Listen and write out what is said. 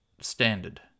standard